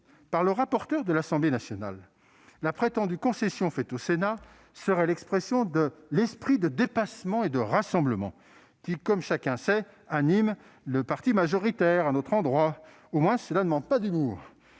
par le rapporteur de l'Assemblée nationale, la prétendue concession faite au Sénat serait l'expression de « l'esprit de dépassement et de rassemblement » qui, comme chacun sait, anime le parti majoritaire ... Au moins, cela ne manque pas d'humour.